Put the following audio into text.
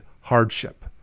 hardship